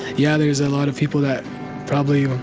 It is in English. yeah, there's a lot of people that probably